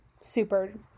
super